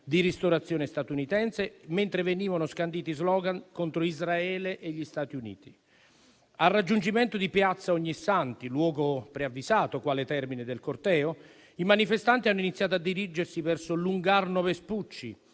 di ristorazione statunitense, mentre venivano scanditi *slogan* contro Israele e gli Stati Uniti. Al raggiungimento di piazza Ognissanti, luogo preavvisato quale termine del corteo, i manifestanti hanno iniziato a dirigersi verso lungarno Vespucci,